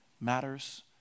matters